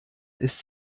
ist